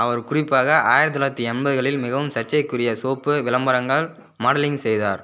அவர் குறிப்பாக ஆயிரத்தி தொள்ளாயிரத்தி எண்பதுகளில் மிகவும் சர்ச்சைக்குரிய சோப்பு விளம்பரங்கள் மாடலிங் செய்தார்